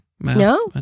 No